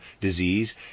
disease